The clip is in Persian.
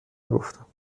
نگفتم